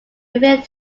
moving